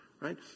right